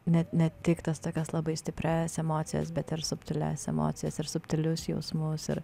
net ne tik tas tokias labai stiprias emocijas bet ir subtilias emocijas ir subtilius jausmus ir